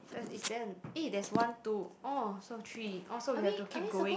is there eh there's one two orh so three orh so we have to keep going